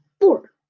four